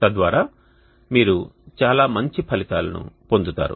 తద్వారా మీరు చాలా మంచి ఫలితాలను పొందుతారు